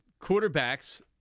quarterbacks